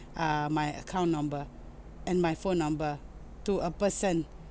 uh my account number and my phone number to a person